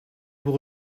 vous